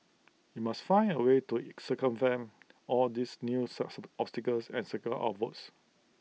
we must find A way to circumvent all these new obstacles and secure our votes